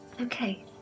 Okay